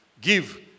Give